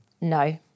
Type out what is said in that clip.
No